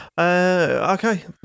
Okay